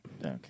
Okay